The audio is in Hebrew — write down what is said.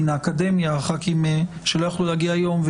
מן האקדמיה וח"כים שלא יכלו להגיע היום,